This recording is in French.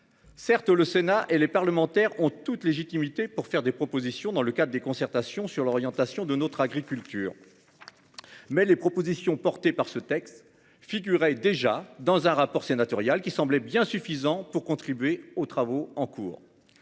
Certes le Sénat et les parlementaires ont toute légitimité pour faire des propositions dans le cadre des concertations sur l'orientation de notre agriculture. Mais les propositions portées par ce texte figurait déjà dans un rapport sénatorial qui semblait bien suffisant pour contribuer aux travaux en cours.